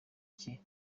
cye